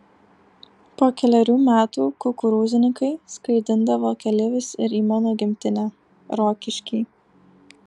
po kelerių metų kukurūznikai skraidindavo keleivius ir į mano gimtinę rokiškį